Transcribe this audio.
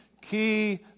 key